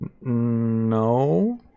No